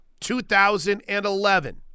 2011